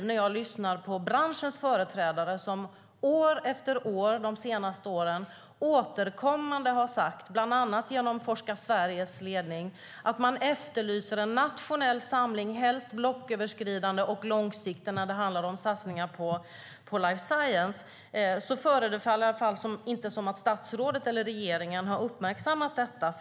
När jag lyssnar på branschens företrädare, som de senaste åren återkommande, bland annat genom Forska Sveriges ledning, efterlyst en nationell samling, helst blocköverskridande och långsiktig, kring satsningar på life science, förefaller det inte som att statsrådet eller regeringen uppmärksammat det.